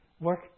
work